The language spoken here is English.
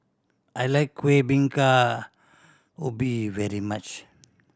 I like Kueh Bingka Ubi very much